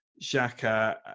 Shaka